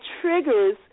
triggers